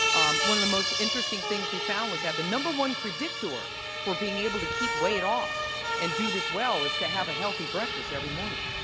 um one of the most interesting things we found was that the number one predictor for being able to keep weight off and do this well is to have a healthy breakfast every morning.